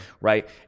Right